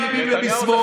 מימין ומשמאל,